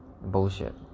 bullshit